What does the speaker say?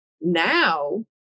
now